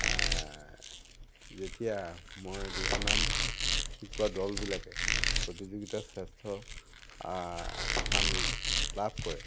যেতিয়া মই দিহানাম শিকোৱা দলবিলাকে প্ৰতিযোগীতাত শ্ৰেষ্ঠ স্থান লাভ কৰে